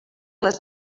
les